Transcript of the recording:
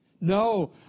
No